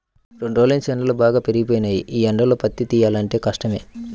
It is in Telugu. రెండ్రోజుల్నుంచీ ఎండలు బాగా పెరిగిపోయినియ్యి, యీ ఎండల్లో పత్తి తియ్యాలంటే కష్టమే